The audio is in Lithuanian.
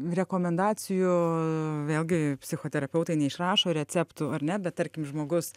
rekomendacijų vėlgi psichoterapeutai neišrašo receptų ar ne bet tarkim žmogus